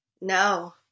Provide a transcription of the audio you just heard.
no